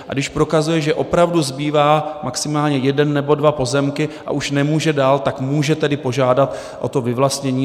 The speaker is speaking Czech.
A když prokazuje, že opravdu zbývá maximálně jeden nebo dva pozemky a už nemůže dál, tak může požádat o to vyvlastnění.